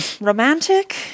romantic